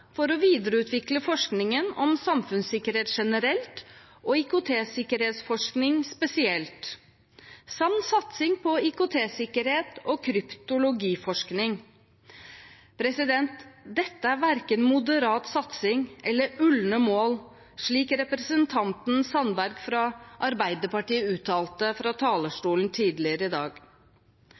for å videreutvikle forskningen om samfunnssikkerhet generelt og IKT-sikkerhetsforskning spesielt samt satsing på IKT-sikkerhet og kryptologiforskning. Dette er verken moderat satsing eller ulne mål, slik representanten Sandberg fra Arbeiderpartiet uttalte fra talerstolen tidligere i dag.